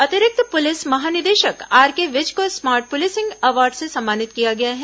अतिरिक्त पुलिस महानिदेशक आरके विज को स्मार्ट पुलिसिंग अवॉर्ड से सम्मानित किया गया है